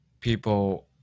people